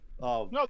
No